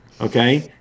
okay